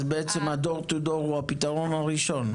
אז בעצם ה- door to doorהוא הפתרון הראשון?